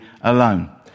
alone